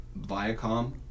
Viacom